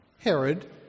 Herod